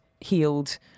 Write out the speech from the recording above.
healed